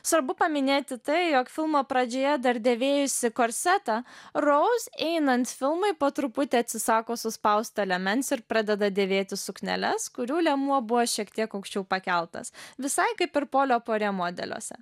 svarbu paminėti tai jog filmo pradžioje dar dėvėjusi korsetą rouz einant filmui po truputį atsisako suspausto liemens ir pradeda dėvėti sukneles kurių liemuo buvo šiek tiek aukščiau pakeltas visai kaip ir polio puare modeliuose